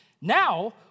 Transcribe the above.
Now